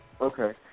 Okay